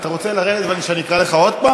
אתה רוצה לרדת ושאני אקרא לך עוד הפעם,